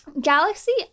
Galaxy